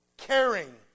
Caring